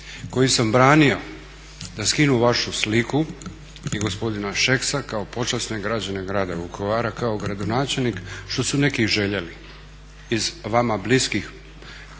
koji sam branio da skinu vašu sliku i gospodina Šeksa kao počasne građane Grada Vukovara, kao gradonačelnik što su neki željeli iz vama bliskih